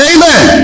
Amen